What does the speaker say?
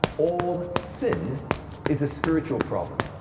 all sin is a spiritual problem.